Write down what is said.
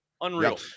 Unreal